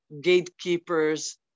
gatekeepers